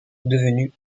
devenue